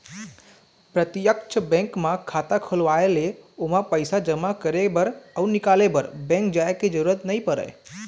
प्रत्यक्छ बेंक म खाता खोलवाए ले ओमा पइसा जमा करे बर अउ निकाले बर बेंक जाय के जरूरत नइ परय